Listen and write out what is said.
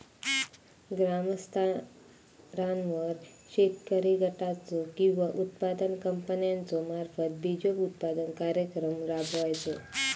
ग्रामस्तरावर शेतकरी गटाचो किंवा उत्पादक कंपन्याचो मार्फत बिजोत्पादन कार्यक्रम राबायचो?